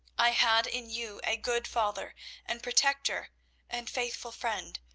i had in you a good father and protector and faithful friend.